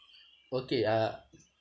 okay uh